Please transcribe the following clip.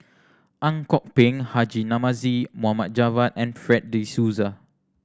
Ang Kok Peng Haji Namazie Mohd Javad and Fred De Souza